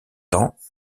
temps